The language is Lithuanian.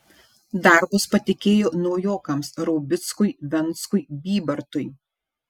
darbus patikėjo naujokams raubickui venckui bybartui